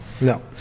no